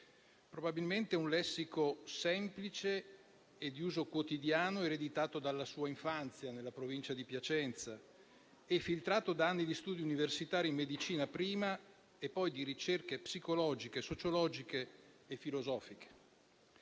Probabilmente un lessico semplice e di uso quotidiano, ereditato dalla sua infanzia nella provincia di Piacenza e filtrato da anni di studi universitari in medicina prima e poi di ricerche psicologiche, sociologiche e filosofiche.